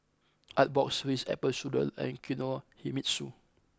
Artbox Ritz Apple Strudel and Kinohimitsu